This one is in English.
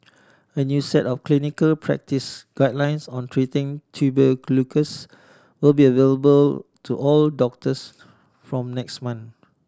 a new set of clinical practice guidelines on treating tuberculosis will be available to all doctors from next month